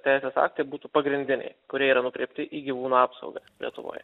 teisės aktai būtų pagrindiniai kurie yra nukreipti į gyvūnų apsaugą lietuvoje